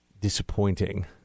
disappointing